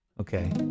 Okay